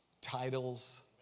titles